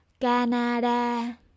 Canada